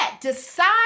decide